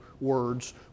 words